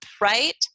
right